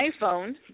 iPhone